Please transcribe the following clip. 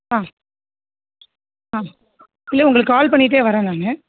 ஆ ஆ இல்லை உங்களுக்கு கால் பண்ணிகிட்டே வரேன் நான்